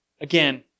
again